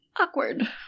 Awkward